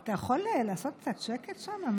אתה יכול לעשות קצת שקט שם?